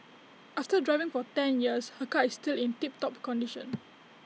after driving for ten years her car is still in tip top condition